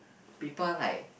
people like